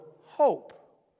hope